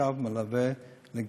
חשב מלווה ל"לגליל",